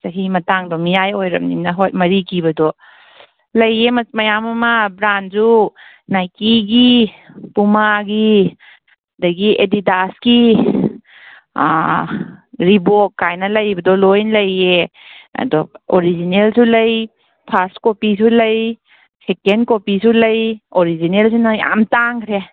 ꯆꯍꯤ ꯃꯇꯥꯡꯗꯣ ꯃꯤꯌꯥꯏ ꯑꯣꯏꯔꯃꯤꯅ ꯍꯣꯏ ꯃꯔꯤ ꯀꯤꯕꯗꯣ ꯂꯩꯌꯦ ꯃꯌꯥꯝ ꯑꯃ ꯕ꯭ꯔꯥꯟꯖꯨ ꯅꯥꯏꯀꯤꯒꯤ ꯄꯨꯃꯥꯒꯤ ꯑꯗꯒꯤ ꯑꯦꯗꯤꯗꯥꯁꯀꯤ ꯑꯥ ꯑꯥ ꯔꯤꯕꯣꯛ ꯀꯥꯏꯅ ꯂꯩꯕꯗꯣ ꯂꯣꯏ ꯂꯩꯌꯦ ꯑꯗꯣ ꯑꯣꯔꯤꯖꯤꯅꯦꯜꯁꯨ ꯂꯩ ꯐꯔꯁ ꯀꯣꯄꯤꯁꯨ ꯂꯩ ꯁꯦꯀꯦꯟ ꯀꯣꯄꯤꯁꯨ ꯂꯩ ꯑꯣꯔꯤꯖꯤꯅꯦꯜꯖꯤꯅ ꯌꯥꯝ ꯇꯥꯡꯒ꯭ꯔꯦ